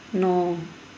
ਨੌ